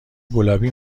گلابی